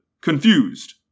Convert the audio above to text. confused